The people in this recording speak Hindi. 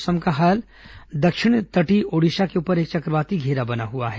मौसम दक्षिण तटीय ओडिशा के ऊपर एक चक्रवाती घेरा बना हुआ है